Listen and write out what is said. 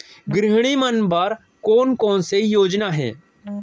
गृहिणी मन बर कोन कोन से योजना हे?